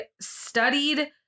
studied